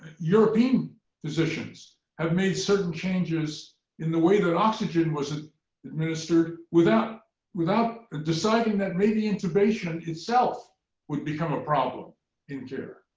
european physicians have made certain changes in the way that oxygen was administered, without without ah deciding that maybe intubation itself would become a problem in care.